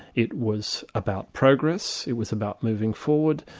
it was about progress, it was about moving forward,